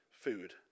food